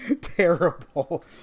terrible